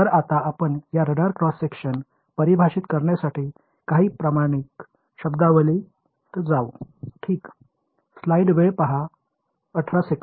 तर आता आपण या रडार क्रॉस सेक्शन परिभाषित करण्यासाठी काही प्रमाणित शब्दावलीत जाऊ ठीक